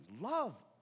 Love